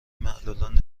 معلولان